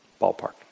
Ballpark